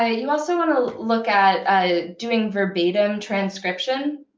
ah you also want to look at doing verbatim transcription.